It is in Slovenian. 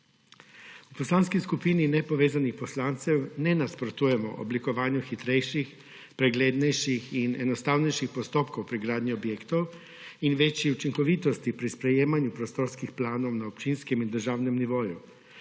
V Poslanski skupini nepovezanih poslancev ne nasprotujemo oblikovanju hitrejših, preglednejših in enostavnejših postopkov pri gradnji objektov in večji učinkovitosti pri sprejemanju prostorskih planov na občinskem in državnem nivoju.